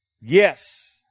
Yes